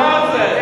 היא חתומה על זה.